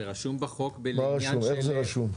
איך זה רשום?